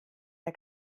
der